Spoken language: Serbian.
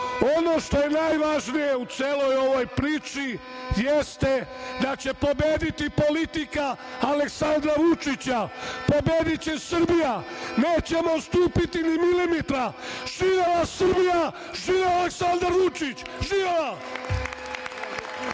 što je najvažnije u celoj ovoj priči jeste da će pobediti politika Aleksandra Vučića, pobediće Srbija. Nećemo odstupiti ni milimetar. Živela Srbija, živeo Aleksandar Vučić. **Ana